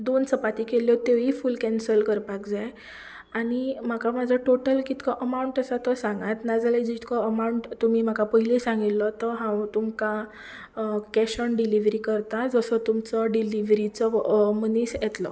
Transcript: दोन चपात्यो केल्ल्यो तिवूय फूल कॅन्सल करपाक जाय आनी म्हाका म्हजो टोटल कितलो अमावंट आसा तो सांगात नाजाल्यार जितको अमावंट तुमी म्हाका पयलीं सांगिल्लो तो हांव तुमकां कॅश ऑन डिलीवरी करता जसो तुमचो मनीस येतलो